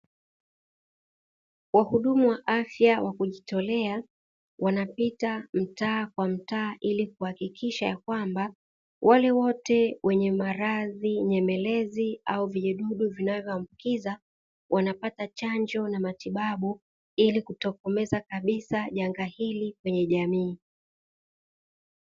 Wahudumu wa afya wa kujitolea, wanapita mtaa kwa mtaa ili kuhakikisha kwamba wale wote wenye maradhi nyemelezi au vijidudu vinavyoambukiza, wanapata chanjo na matibabu ili kutokomeza kabisa janga hili kwenye jamii.